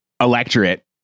electorate